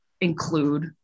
include